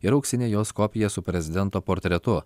ir auksinė jos kopija su prezidento portretu